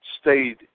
stayed